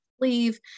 leave